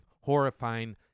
horrifying